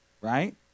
Right